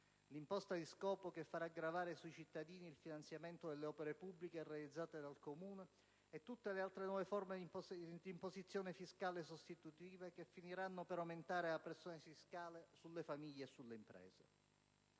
l'imposta di scopo, che farà gravare sui cittadini il finanziamento delle opere pubbliche realizzate dai Comuni, e tutte le altre nuove forme di imposizione fiscale sostitutive, che finiranno per aumentare la pressione fiscale sulle famiglie e sulle imprese.